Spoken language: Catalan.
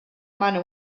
mana